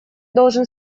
должен